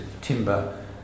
timber